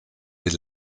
des